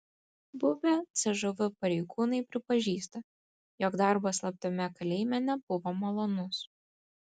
buvę cžv pareigūnai pripažįsta jog darbas slaptame kalėjime nebuvo malonus